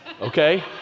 okay